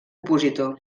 opositor